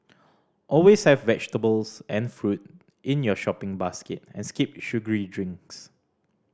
always have vegetables and fruit in your shopping basket and skip sugary drinks